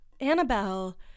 Annabelle